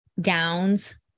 gowns